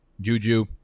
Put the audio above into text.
Juju